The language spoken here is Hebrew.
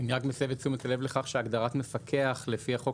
אני רק מסב את תשומת הלב לכך שהגדרת מפקח לפי החוק